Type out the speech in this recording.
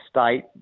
state